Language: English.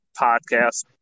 podcast